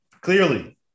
clearly